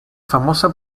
famosa